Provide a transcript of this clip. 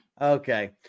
Okay